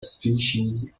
species